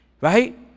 right